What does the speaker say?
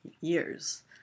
years